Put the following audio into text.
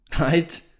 right